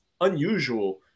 unusual